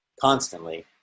constantly